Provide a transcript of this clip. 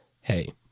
hey